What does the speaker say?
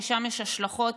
ושם יש השלכות,